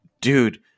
dude